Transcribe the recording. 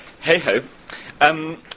Hey-ho